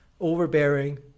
overbearing